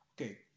Okay